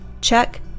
check